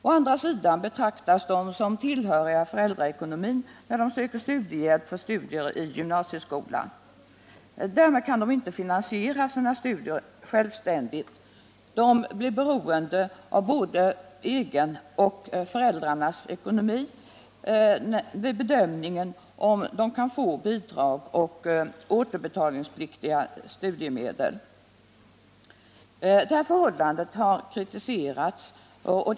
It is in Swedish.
Å andra sidan betraktas de som tillhöriga föräldraekonomin när de söker studiehjälp för studier i gymnasieskola. Därmed kan de inte finansiera sina studier självständigt. Bedömningen av om de kan få bidrag och återbetalningspliktiga studiemedel sker i förhållande till både elevens och föräldrarnas ekonomi.